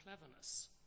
cleverness